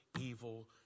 evil